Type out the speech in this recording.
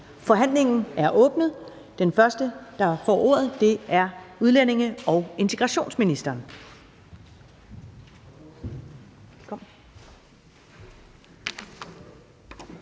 Forhandlingen er åbnet. Den første, der får ordet, er udlændinge- og integrationsministeren.